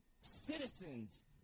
citizens